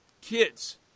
kids